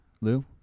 Lou